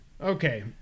Okay